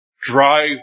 drive